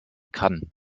kann